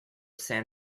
san